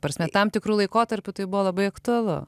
prasme tam tikru laikotarpiu tai buvo labai aktualu